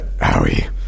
howie